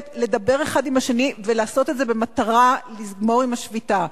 לדבר אחד עם השני ולעשות את זה במטרה לגמור עם השביתה.